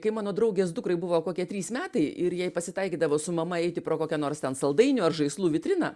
kai mano draugės dukrai buvo kokie trys metai ir jai pasitaikydavo su mama eiti pro kokią nors ten saldainių ar žaislų vitriną